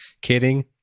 Kidding